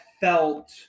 felt